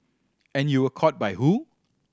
and you were caught by who